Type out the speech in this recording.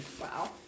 Wow